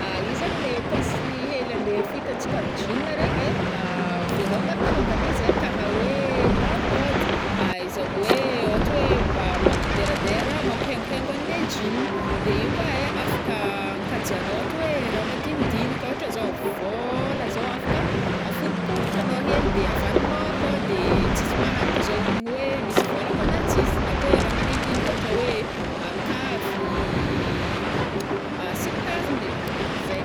Io zagny le paosy hely a le fohitatsika am jeans regny ai, vôloagny kalongany izy ai, kara oe lamôdy ahaizana oe ôhatra oe mba mampideradera, mampihaingohaingo anle jeans, de igny kô ai afaka ankajiagnao ôhatra oe ra madinidinika ôhatra zao vôla zao afaka aforiporitragnô hely de avarinao akao de tsisy maharaka zao honogno oe misy vôla akao na tsisy na ko oe ra madinidinika ôtra oe kavy sy ny tarigny e, zai.